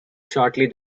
shortly